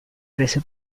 prese